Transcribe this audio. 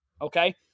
Okay